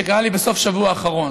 שקרה לי בסוף השבוע האחרון.